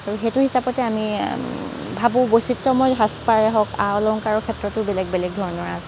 আৰু সেইটো হিচাপতে আমি ভাবোঁ বৈচিত্ৰময় সাজপাৰ হওঁক আ অলংকাৰৰ ক্ষেত্ৰতো বেলেগ বেলেগ ধৰণৰ আছে